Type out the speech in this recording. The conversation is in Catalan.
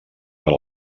per